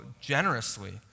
generously